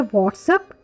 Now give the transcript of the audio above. WhatsApp